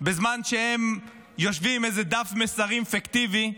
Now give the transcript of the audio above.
בזמן שהם יושבים עם איזה דף מסרים פיקטיבי.